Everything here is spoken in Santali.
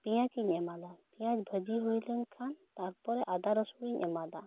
ᱯᱮᱭᱟᱡᱤᱧ ᱮᱢᱟᱫᱟ ᱯᱮᱭᱟᱡᱽ ᱵᱷᱟᱡᱤ ᱦᱩᱭ ᱞᱮᱱ ᱠᱷᱟᱱ ᱛᱟᱨᱯᱚᱨᱮ ᱟᱫᱟ ᱨᱟᱹᱥᱩᱱ ᱤᱧ ᱮᱢᱟᱫᱟ